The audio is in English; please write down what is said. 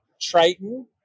Triton